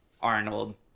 Arnold